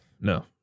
No